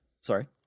Sorry